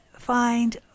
find